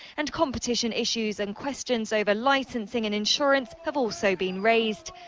and competition issues and questions over licensing and insurance have also been raised.